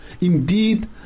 indeed